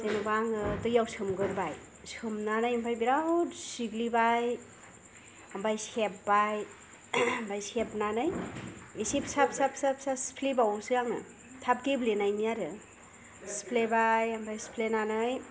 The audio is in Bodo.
जेनेबा आङो दैआव सोमगोरबाय सोमनानै आमफाय बिराद सिग्लिबाय आमफाय सेबबाय आमफाय सेबनानै एसे फिसा फिसा फिसा सिफ्लेबावोसो आङो थाब गेब्लेनायनि आरो सिफ्लेबाय आमफाय सिफ्लेनानै